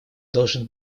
должен